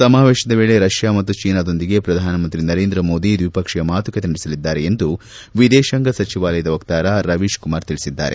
ಸಮಾವೇಶದ ವೇಳೆ ರಷ್ಯಾ ಮತ್ತು ಚೀನಾದೊಂದಿಗೆ ಪ್ರಧಾನಮಂತ್ರಿ ನರೇಂದ್ರ ಮೋದಿ ದ್ವಿಪಕ್ಷೀಯ ಮಾತುಕತೆ ನಡೆಸಲಿದ್ದಾರೆ ಎಂದು ವಿದೇಶಾಂಗ ಸಚಿವಾಲಯದ ವಕ್ತಾರ್ ರವೀಶ್ ಕುಮಾರ್ ತಿಳಿಸಿದ್ದಾರೆ